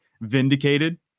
vindicated